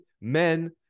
men